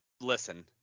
Listen